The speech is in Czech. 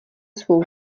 svou